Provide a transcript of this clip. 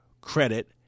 credit